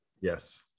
Yes